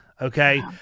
okay